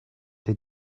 they